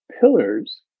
pillars